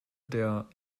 der